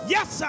Yes